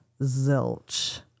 zilch